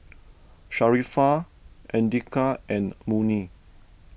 Sharifah andika and Murni